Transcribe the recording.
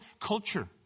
culture